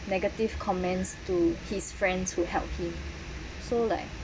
negative comments to his friends who help him so like